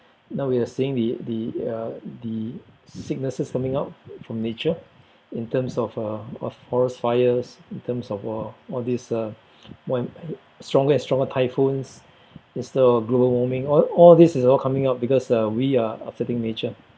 now we're seeing the the uh the sicknesses coming out from nature in terms of uh of forest fires in terms of uh all this uh more and stronger and stronger typhoons instead of global warming all all this is all coming out because uh we are upsetting nature